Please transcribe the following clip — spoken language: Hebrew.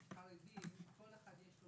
שישה